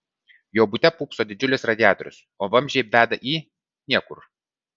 jo bute pūpso didžiulis radiatorius o vamzdžiai veda į niekur